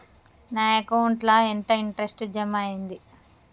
నా అకౌంట్ ల ఎంత ఇంట్రెస్ట్ జమ అయ్యింది?